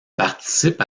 participe